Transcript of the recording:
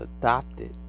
adopted